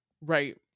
right